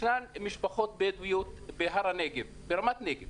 ישנן משפחות בדואיות ברמת נגב